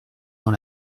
dans